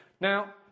Now